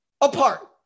apart